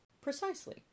Precisely